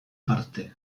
parte